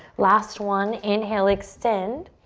last one, inhale, extend.